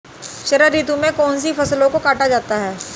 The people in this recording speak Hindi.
शरद ऋतु में कौन सी फसलों को काटा जाता है?